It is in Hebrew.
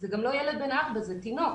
זה גם לא ילד בן 4, זה תינוק.